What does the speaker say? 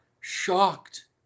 Shocked